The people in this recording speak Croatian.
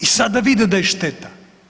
I sada vide da je šteta.